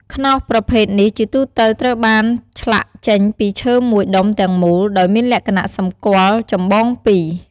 ខ្នោសប្រភេទនេះជាទូទៅត្រូវបានឆ្លាក់ចេញពីឈើមួយដុំទាំងមូល ដោយមានលក្ខណៈសម្គាល់ចម្បងពីរ។